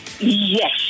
Yes